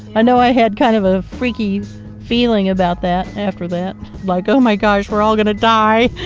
i know i had kind of a freaky feeling about that after that like, oh my gosh, we're all going to die.